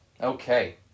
Okay